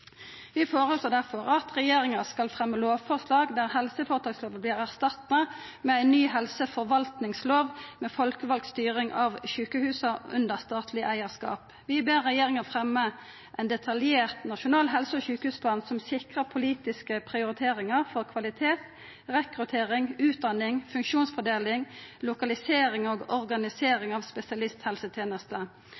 Vi foreslår derfor at regjeringa skal fremma lovforslag der helseføretakslova vert erstatta med ei ny helseforvaltingslov med folkevald styring av sjukehusa under statleg eigarskap. Vi ber regjeringa fremja ein detaljert nasjonal helse- og sjukehusplan som sikrar politiske prioriteringar for kvalitet, rekruttering, utdanning, funksjonsfordeling, lokalisering og